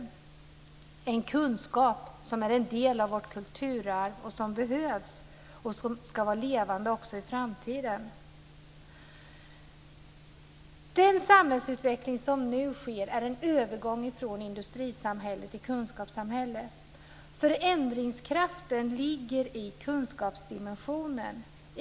Det är en kunskap som är en del av vårt kulturarv och som behövs, och som ska vara levande också i framtiden. Den samhällsutveckling som nu sker är en övergång från industrisamhälle till kunskapssamhälle. Förändringskraften ligger i kunskapsdimensionen.